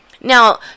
Now